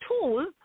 tool